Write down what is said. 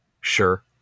Sure